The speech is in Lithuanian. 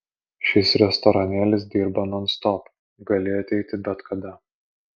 šis restoranėlis dirba nonstop gali ateiti bet kada